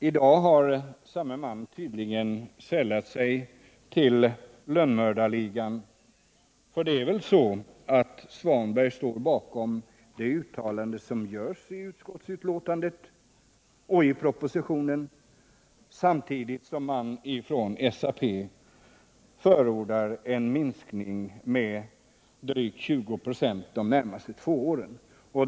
I dag har samme man tydligen sällat sig till lönnmördarligan — för Ingvar Svanberg står väl bakom de uttalanden som görs i utskottsbetänkandet och i propositionen, samtidigt som man från SAP förordar en minskning med 20 26 under de närmaste två åren?